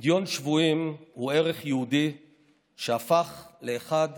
פדיון שבויים הוא ערך יהודי שהפך לאחד